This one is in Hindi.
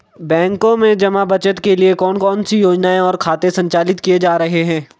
बैंकों में जमा बचत के लिए कौन कौन सी योजनाएं और खाते संचालित किए जा रहे हैं?